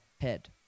head